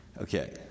Okay